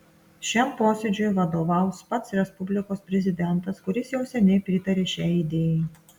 šiam posėdžiui vadovaus pats respublikos prezidentas kuris jau seniai pritaria šiai idėjai